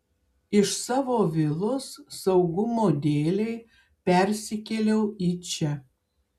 iš savo vilos saugumo dėlei persikėliau į čia